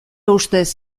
ustez